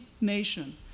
nation